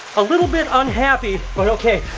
a little bit unhappy, but okay.